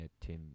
Tim